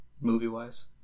Movie-wise